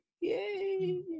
yay